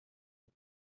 بود